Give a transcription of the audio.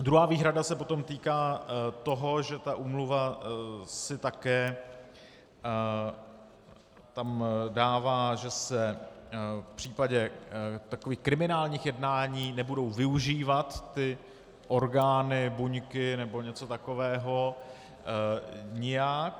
Druhá výhrada se potom týká toho, že ta úmluva si tam také dává, že se v případě takových kriminálních jednání nebudou využívat ty orgány, buňky nebo něco takového nijak.